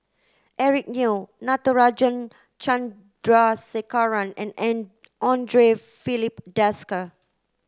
Eric Neo Natarajan Chandrasekaran and Andre Filipe Desker